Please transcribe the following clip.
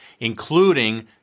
including